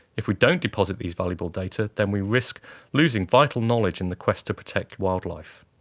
if we don't deposit these valuable data then we risk losing vital knowledge in the quest to protect wildlife.